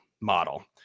model